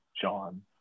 John